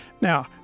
Now